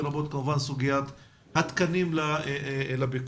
לרבות כמובן סוגיית התקנים לפיקוח.